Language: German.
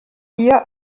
hier